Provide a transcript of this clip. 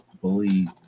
Bully